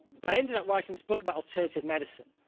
but i ended up writing this book about alternative medicine